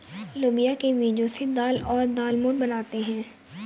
लोबिया के बीजो से दाल और दालमोट बनाते है